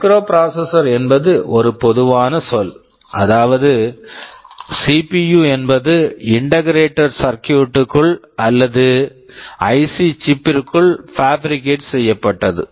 microprocessors microprocessors என்பது ஒரு பொதுவான சொல் அதாவது சிபியு CPU என்பது இன்டெகிரெட்டட் சர்க்கியூட் integrated circuit க்குள் அல்லது ஐசி சிப் IC chip பிற்குள் பாப்பிரிகேட் fabricate செய்யப்பட்டது